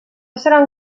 seran